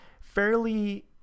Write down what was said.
fairly